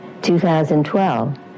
2012